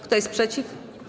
Kto jest przeciw?